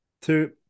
Two